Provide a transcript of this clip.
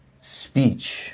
speech